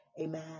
amen